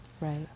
Right